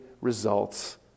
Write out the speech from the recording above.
results